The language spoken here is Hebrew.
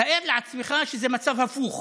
תאר לעצמך שזה מצב הפוך.